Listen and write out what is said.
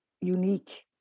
unique